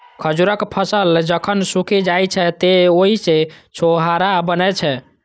खजूरक फल जखन सूखि जाइ छै, तं ओइ सं छोहाड़ा बनै छै